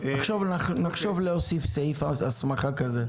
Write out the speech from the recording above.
נחשוב להוסיף סעיף הסמכה כזה.